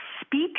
speak